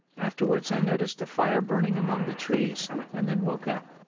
afterwards i noticed a fire burning among the trees and then woke up.